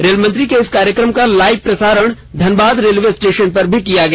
rail मंत्री के इस कार्यक्रम का लाइव प्रसारण धनबाद रेलवे स्टेशन पर भी किया गया